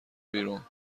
بیرون